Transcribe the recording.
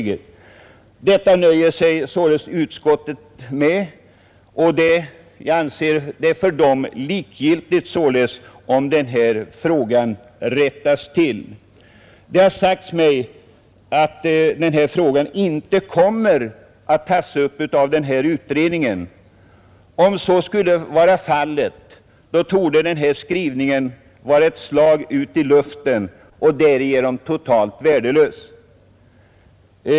Utskottet nöjer sig således med detta uttalande, och det är likgiltigt för ledamöterna om förhållandena rättas till eller inte. Det har sagts mig att detta ärende inte kommer att tas upp av skogsbruksutredningen. Om så skulle vara fallet torde utskottets skrivning vara ett slag i luften och alltså totalt värdelös.